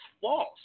false